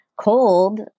Cold